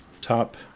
Top